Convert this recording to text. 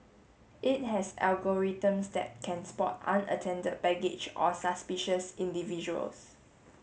it has algorithms that can spot unattended baggage or suspicious individuals